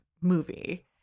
movie